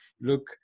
look